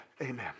Amen